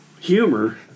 humor